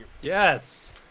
Yes